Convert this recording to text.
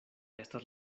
estas